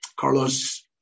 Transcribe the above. Carlos